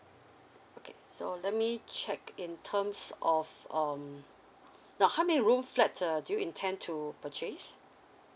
okay so let me check in terms of um now how many room flats uh do you intend to purchase